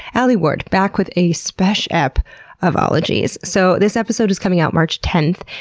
alie ward, back with a spesh ep of ologies. so this episode is coming out march tenth,